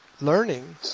learning